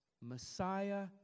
Messiah